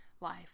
life